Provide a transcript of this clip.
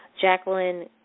Jacqueline